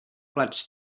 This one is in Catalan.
plats